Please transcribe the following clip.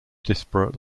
disparate